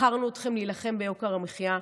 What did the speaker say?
בחרנו אתכם להילחם ביוקר המחיה,